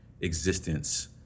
existence